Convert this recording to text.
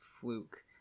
fluke